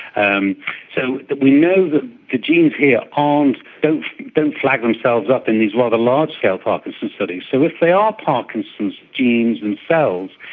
um so we know the ah genes here um don't don't flag themselves up in these rather large scale parkinson's studies. so if they are parkinson's genes themselves,